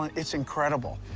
it's incredible.